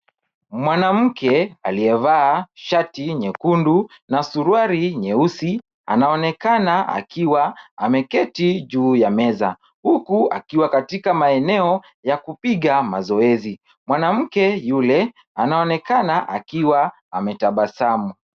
Mwanamke aliyevaa shati nyekundu na suruali nyeusi anaonekana akiwa ameketi juu ya meza, huku akiwa katika maeneo ya kupiga mazoezi. Mwanamke yule anaonekana akiwa ametabasamu.